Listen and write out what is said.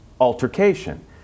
altercation